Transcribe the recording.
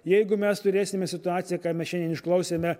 jeigu mes turėsime situaciją ką mes šiandien išklausėme